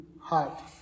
heart